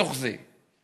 בתוך זה.